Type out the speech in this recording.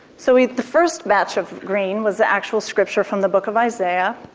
so the first batch of green was the actual scripture from the book of isaiah.